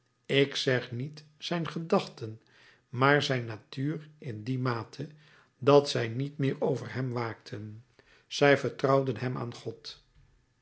ook ik zeg niet zijn gedachten maar zijn natuur in die mate dat zij niet meer over hem waakten zij vertrouwden hem aan god